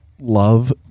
love